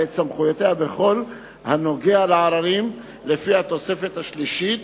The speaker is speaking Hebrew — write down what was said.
ואת סמכויותיה בכל הנוגע לעררים לפי התוספת השלישית